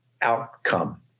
outcome